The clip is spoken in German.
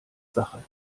sache